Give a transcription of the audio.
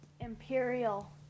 Imperial